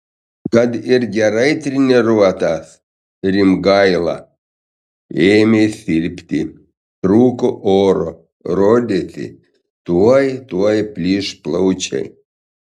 kad ir gerai treniruotas rimgaila ėmė silpti trūko oro rodėsi tuoj tuoj plyš plaučiai